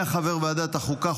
היה חבר ועדת החוקה,